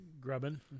Grubbin